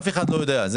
אף אחד לא יודע.